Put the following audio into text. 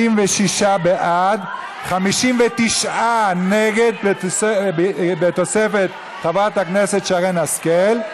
56 בעד, 59 נגד, בתוספת חברת הכנסת שרן השכל.